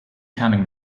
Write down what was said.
counting